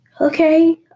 Okay